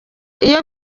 iyo